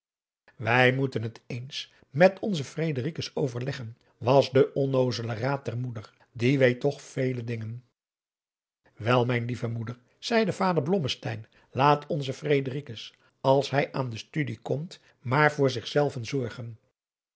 wij moeten het eens met onzen fredericus overleggen was de onnoozele raad der moeder die weet toch vele dingen wel mijn lieve moeder zeide vader blommesteyn laat onzen fredericus als hij aan de studie komt maar voor zich zelven zorgen